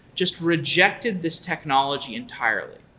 just rejected this technology entirely?